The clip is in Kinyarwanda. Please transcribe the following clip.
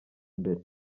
mbere